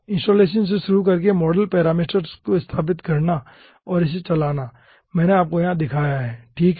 installation से शुरू करके मॉडल पैरामीटर्स को स्थापित करना और इसे चालाना मैंने आपको यहां दिखाया है ठीक है